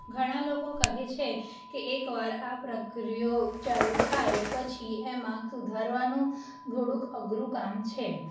ઘણાં લોકો કહે છે કે એકવાર આ પ્રકિયા ચાલુ થાય પછી એમાં સુધારવાનું થોડુંક અઘરું કામ છે